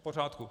V pořádku.